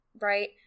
Right